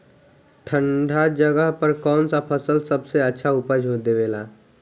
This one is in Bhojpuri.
ठंढा जगह पर कौन सा फसल सबसे ज्यादा अच्छा उपज देवेला?